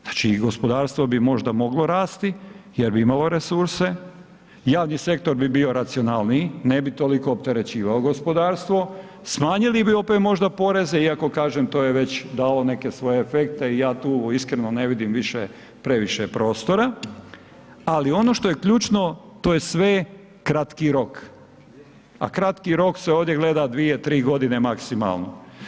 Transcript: Znači i gospodarstvo bi možda moglo rasti jer bi imalo resurse, javni sektor bi bio racionalniji, ne bi toliko opterećivao gospodarstvo, smanjili bi opet možda poreze iako kažem to je već dalo neke svoje efekte i ja tu iskreno ne vidim više previše prostora ali ono što je ključno, to je sve kratki rok, a kratki rok se ovdje gleda 2, 3 g. maksimalno.